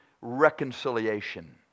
reconciliation